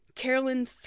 Carolyn